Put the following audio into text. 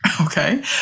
Okay